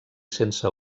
sense